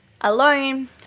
alone